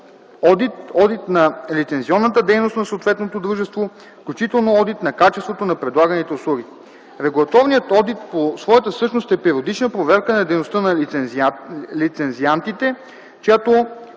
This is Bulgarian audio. одит на лицензионната дейност на съответното дружество, включително одит на качеството на предлаганите услуги. Регулаторният одит по своята същност е периодична проверка на дейността на лицензиантите, чиято